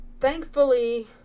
Thankfully